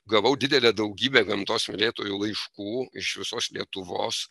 gavau didelę daugybę gamtos mylėtojų laiškų iš visos lietuvos